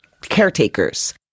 caretakers